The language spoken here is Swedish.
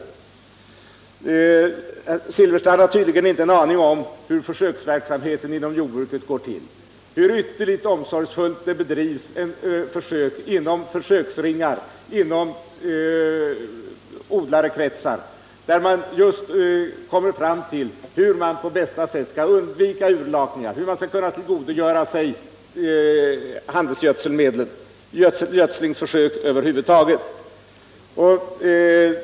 Herr Silfverstrand har tydligen inte en aning om hur försöksverksamheten inom jordbruket går till, hur ytterligt omsorgsfullt det bedrivs försök i försöksringar inom odlarekretsar för att komma fram till hur man på bästa sätt skall undvika utlakningar, hur man skall kunna tillgodogöra sig handelsgödselmedlen och hur man skall dra nytta av erfarenheterna från gödslingsförsök över huvud taget.